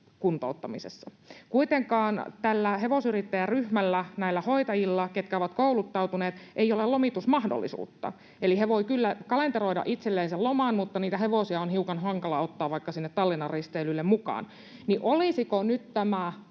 kuntouttamisessa. Kuitenkaan tällä hevosyrittäjäryhmällä, näillä hoitajilla, ketkä ovat kouluttautuneet, ei ole lomitusmahdollisuutta, eli he voivat kyllä kalenteroida itselleen sen loman, mutta niitä hevosia on hiukan hankala ottaa vaikka sinne Tallinnan-risteilylle mukaan. Olisiko tämä